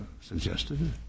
suggested